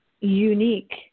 unique